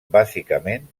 bàsicament